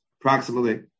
approximately